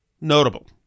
notable